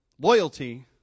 Loyalty